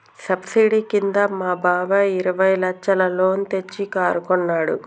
subsidy కింద మా బాబాయ్ ఇరవై లచ్చల లోన్ తెచ్చి కారు కొన్నాడు